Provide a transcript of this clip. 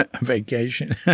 vacation